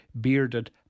bearded